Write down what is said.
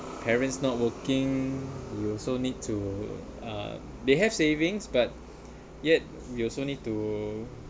parents not working we also need to uh they have savings but yet you also need to